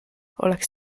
oleks